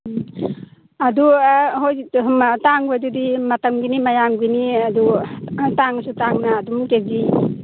ꯎꯝ ꯑꯗꯨ ꯍꯣꯏ ꯇꯥꯡꯕꯗꯨꯗꯤ ꯃꯇꯝꯒꯤꯅꯤ ꯃꯌꯥꯝꯒꯤꯅꯤ ꯑꯗꯨ ꯇꯥꯡꯂꯁꯨ ꯇꯥꯡꯅ ꯑꯗꯨꯝ ꯀꯦ ꯖꯤ